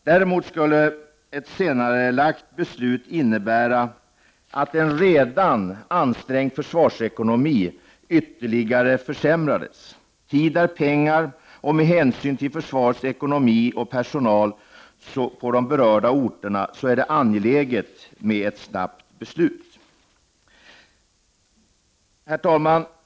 Däremot skulle ett senarelagt beslut innebära att en redan ansträngd försvarsekonomi ytterligare försämrades. Tid är pengar, och med hänsyn till försvarets ekonomi och personal på de berörda orterna är det angeläget med ett snabbt beslut. Herr talman!